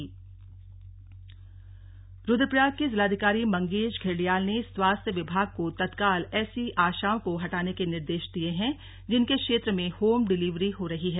slug बैठक रुद्रप्रयाग रुद्रप्रयाग के जिलाधिकारी मंगेश धिल्डियाल ने स्वास्थ्य विभाग को तत्काल ऐसी आशाओं को हटाने के निर्देश दिए हैं जिनके क्षेत्र में होम डिलीवरी हो रही है